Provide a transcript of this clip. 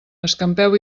escampeu